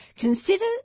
Consider